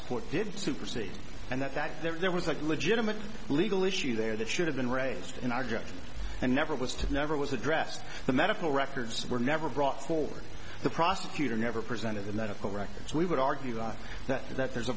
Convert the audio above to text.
support did supersede and the fact that there was a legitimate legal issue there that should have been raised in our govt and never was to never was addressed the medical records were never brought forward the prosecutor never presented the medical records we would argue that that there's a